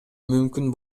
мүмкүн